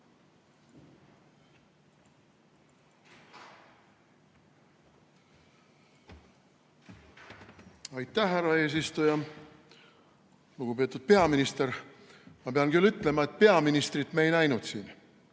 Aitäh, härra eesistuja! Lugupeetud peaminister! Ma pean küll ütlema, et peaministrit me ei näinud siin,